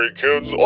kids